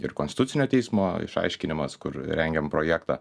ir konstitucinio teismo išaiškinimas kur rengiam projektą